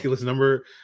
number